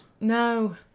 No